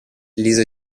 lisa